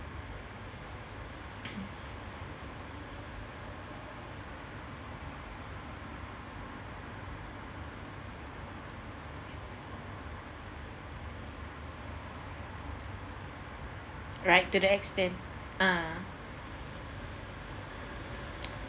right to the extent uh